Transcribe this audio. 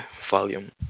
volume